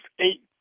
eight